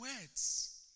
words